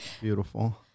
beautiful